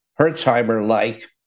Hertzheimer-like